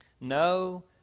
No